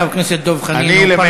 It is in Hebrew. חבר הכנסת דב חנין הוא פרלמנטר,